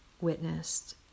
witnessed